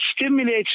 stimulates